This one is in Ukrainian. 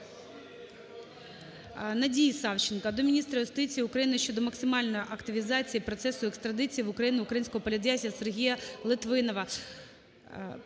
Надії Савченко до міністра юстиції України щодо максимальної активізації процесу екстрадиції в Україну українського політв'язня Сергія Литвинова.